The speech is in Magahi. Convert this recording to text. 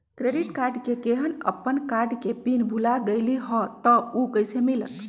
क्रेडिट कार्ड केहन अपन कार्ड के पिन भुला गेलि ह त उ कईसे मिलत?